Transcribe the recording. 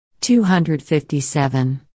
257